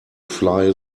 fly